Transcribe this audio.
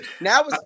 now